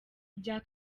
bya